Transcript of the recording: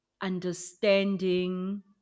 understanding